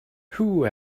who